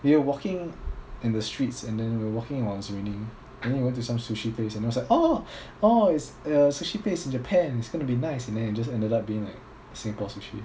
we were walking in the streets and then we were walking while it was raining and then we went to some sushi place I remember orh orh it's a sushi place in japan it's gonna be nice and then it just ended up being like singapore sushi